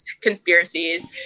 conspiracies